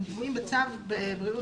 קבועים בצו בריאות העם,